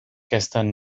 gestern